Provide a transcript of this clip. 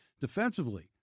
defensively